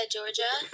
Georgia